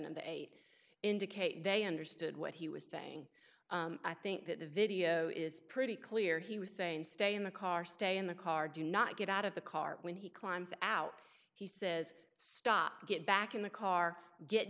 the eight indicate they understood what he was saying i think that the video is pretty clear he was saying stay in the car stay in the car do not get out of the car when he climbs out he says stop get back in the car get